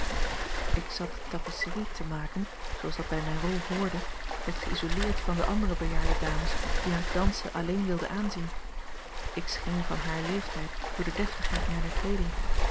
ik zat tapisserie te maken zooals dat bij mijne rol hoorde wat geïsoleerd van de andere bejaarde dames die het dansen alleen wilden aanzien ik scheen van haar leeftijd door de deftigheid